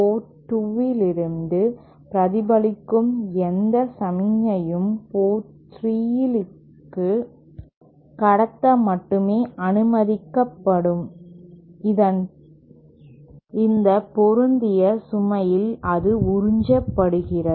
board 2 இலிருந்து பிரதிபலிக்கும் எந்த சமிக்ஞையும் போர்ட் 3 க்கு கடத்த மட்டுமே அனுமதிக்கப்படும் இந்த பொருந்திய சுமையில் அது உறிஞ்சப்படுகிறது